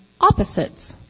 opposites